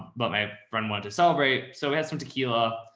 but my friend wanted to celebrate, so we had some tequila,